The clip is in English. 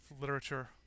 literature